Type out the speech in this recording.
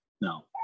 no